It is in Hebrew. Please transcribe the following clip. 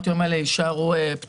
שמעונות היום האלה יישארו פתוחים,